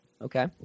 Okay